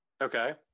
Okay